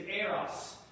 eros